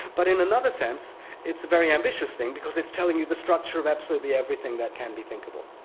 but in another sense it's a very ambitious thing because it's telling you the structure of absolutely everything that can be thinkable.